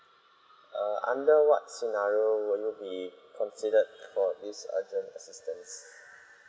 err under what scenario will you be considered for this urgent assistance